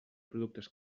productes